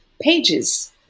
pages